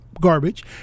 garbage